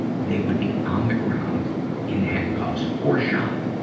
they would be on the ground in handcuffs or shot.